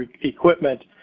equipment